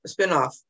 spinoff